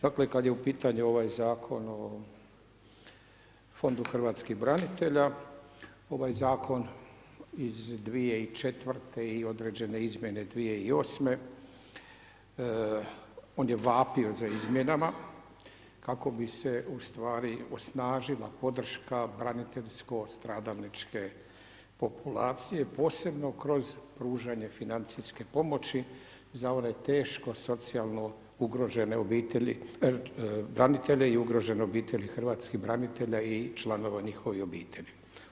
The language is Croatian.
Dakle, kada je u pitanju ovaj Zakon o fondu hrvatskih branitelja, ovaj zakon iz 2004. i određene izmjene 2008. on je vapio za izmjenama kako bi se ustvari osnažila podrška braniteljsko stradalničke populacije, posebno kroz pružanje financijske pomoći za one teško socijalne ugrožene obitelji branitelja i ugrožene obitelji hrvatskih branitelja i članova njihovih obitelji.